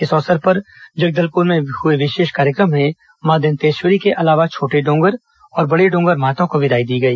इस अवसर पर जगदलपुर में हए विशेष कार्यक्रम में मां दंतेष्वरी के अलावा छोटे डोंगर और बड़े डोंगर माता को विदाई दी गई